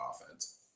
offense